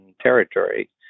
territory